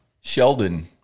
Sheldon